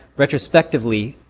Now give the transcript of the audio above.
retrospectively